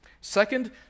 Second